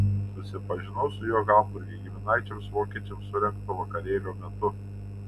susipažinau su juo hamburge giminaičiams vokiečiams surengto vakarėlio metu